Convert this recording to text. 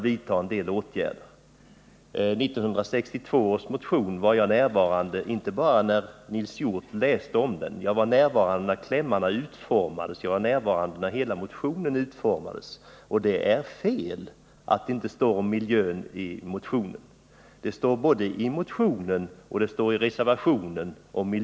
Vad 1962 års motion beträffar var jag närvarande inte bara när Nils Hjorth talade om den utan också när klämmarna skrevs och när hela motionen utformades. Det är fel att det inte står om miljön i den motionen; den finns nämnd både i motionen och i reservationen.